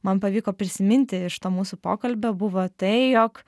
man pavyko prisiminti iš to mūsų pokalbio buvo tai jog